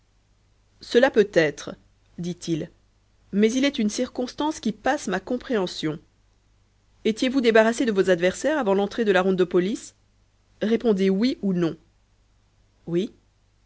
cela peut être dit-il mais il est une circonstance qui passe ma compréhension étiez-vous débarrassé de vos adversaires avant l'entrée de la ronde de police répondez oui ou non oui